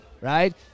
Right